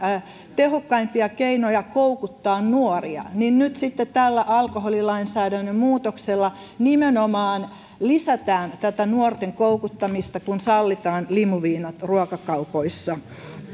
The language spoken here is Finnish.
tehokkaimpia keinoja koukuttaa nuoria niin nyt sitten tällä alkoholilainsäädännön muutoksella nimenomaan lisätään tätä nuorten koukuttamista kun sallitaan limuviinat ruokakaupoissa